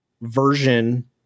version